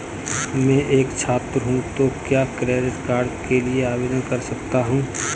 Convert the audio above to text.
मैं एक छात्र हूँ तो क्या क्रेडिट कार्ड के लिए आवेदन कर सकता हूँ?